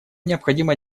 необходимо